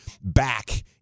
back